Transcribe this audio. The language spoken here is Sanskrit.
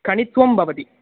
कणित्वं भवति